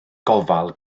gofal